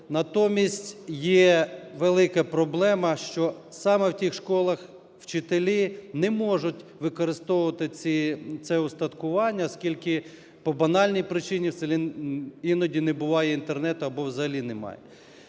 натомість є велика проблема, що саме в тих школах вчителі не можуть використовувати це устаткування, оскільки по банальній причині: в селі іноді не буває Інтернету або взагалі немає.